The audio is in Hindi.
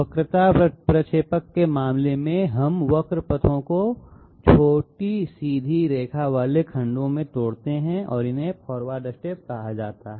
वक्रता प्रक्षेपक के मामले में हम वक्र पथों को छोटी सीधी रेखा वाले खंडों में तोड़ते हैं और इन्हें फॉरवर्ड स्टेप कहा जाता है